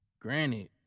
granted